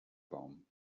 baum